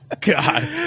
God